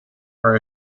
for